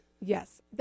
Yes